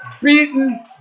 beaten